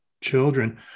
children